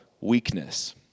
weakness